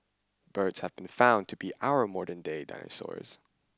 birds have been found to be our modernday dinosaurs